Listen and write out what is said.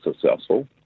successful